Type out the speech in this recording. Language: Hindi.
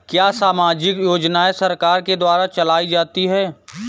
क्या सामाजिक योजनाएँ सरकार के द्वारा चलाई जाती हैं?